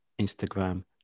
Instagram